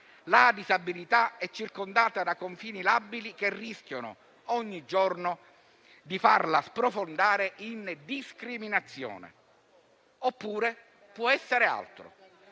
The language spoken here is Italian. La disabilità è circondata da confini labili, che rischiano ogni giorno di farla sprofondare in discriminazione. Oppure può essere altro: